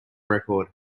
record